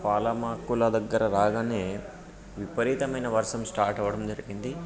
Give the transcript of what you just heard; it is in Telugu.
పాలమాకుల దగ్గర రాగానే విపరీతమైన వర్షం స్టార్ట్ అవడం జరిగింది